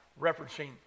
referencing